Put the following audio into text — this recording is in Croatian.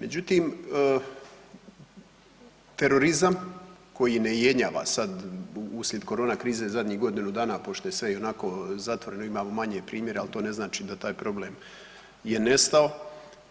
Međutim, terorizam koji ne jenjava, sad slijed korona krize, zadnjih godinu dana, pošto je sve ionako zatvoreno, imamo manje primjera, ali to ne znači da taj problem je nestao